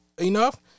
enough